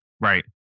Right